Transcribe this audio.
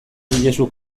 diezue